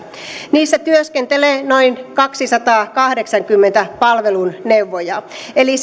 niissä työskentelee noin kaksisataakahdeksankymmentä palveluneuvojaa eli